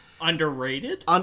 Underrated